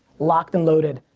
locked and loaded.